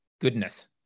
goodness